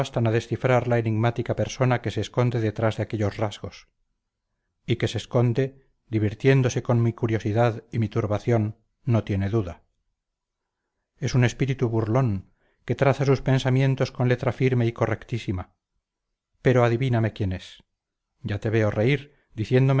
descifrar la enigmática persona que se esconde detrás de aquellos rasgos y que se esconde divirtiéndose con mi curiosidad y mi turbación no tiene duda es un espíritu burlón que traza sus pensamientos con letra firme y correctísima pero adivíname quién es ya te veo reír diciéndome